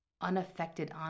unaffected